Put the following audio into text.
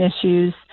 issues